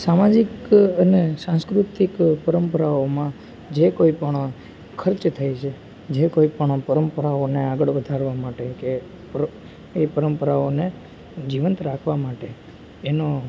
સામાજિક અને સાંસ્કૃતિક પરંપરાઓમાં જે કોઈ પણ ખર્ચ થાય છે જે કોઈ પણ પરંપરાઓને આગળ વધારવા માટે કે એ પરંપરાઓને જીવંત રાખવા માટે એનો